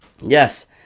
Yes